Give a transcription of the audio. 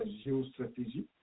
géostratégie